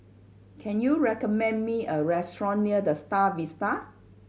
can you recommend me a restaurant near The Star Vista